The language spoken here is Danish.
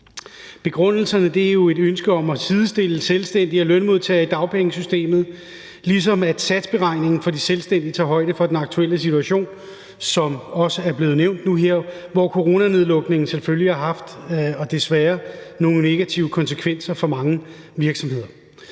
Begrundelsen er et ønske om at sidestille selvstændige og lønmodtagere i dagpengesystemet, ligesom at satsberegningen for de selvstændige tager højde for den aktuelle situation, som også er blevet nævnt, nu hvor coronanedlukningen selvfølgelig og desværre har haft nogle negative konsekvenser for mange virksomheder.